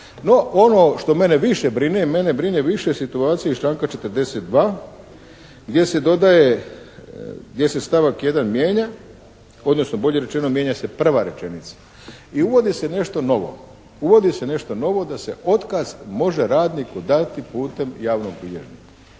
ovo što mene više brine, mene brine više situacija iz članka 42. gdje se dodaje, gdje se stavak 1. mijenja, odnosno bolje rečeno mijenja se prva rečenica i uvodi se nešto novo. Uvodi se nešto novo da se otkaz može radniku dati putem javnog bilježnika.